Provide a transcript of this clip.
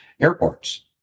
airports